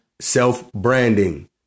Self-branding